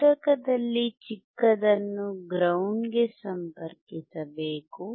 ಶೋದಕದಲ್ಲಿ ಚಿಕ್ಕದನ್ನು ಗ್ರೌಂಡ್ ಗೆ ಸಂಪರ್ಕಿಸಬೇಕು